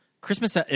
Christmas